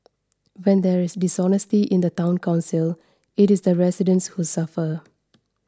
when there is dishonesty in the Town Council it is the residents who suffer